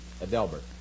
Adelbert